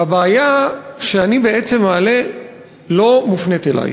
והבעיה שאני בעצם מעלה לא מופנית אלייך,